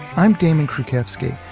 i'm damon krukowski,